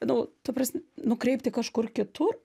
nu ta prasm nukreipti kažkur kitur